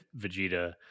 Vegeta